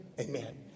Amen